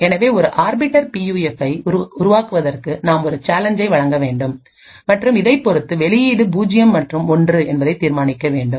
எனவே ஒரு arbiter P யூஎஃப்பை உருவாக்குவதற்கு நாம் ஒரு சேலஞ்சை வழங்க வேண்டும் மற்றும் இதைப் பொறுத்து வெளியீடு 0 மற்றும் 1 என்பதை தீர்மானிக்க வேண்டும்